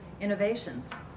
innovations